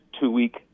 two-week